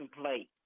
plate